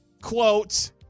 quote